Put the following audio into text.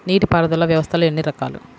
నీటిపారుదల వ్యవస్థలు ఎన్ని రకాలు?